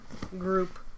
group